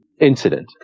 incident